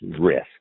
risk